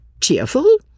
Cheerful